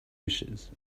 wishes